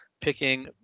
picking